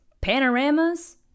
panoramas